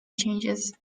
changes